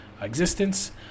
existence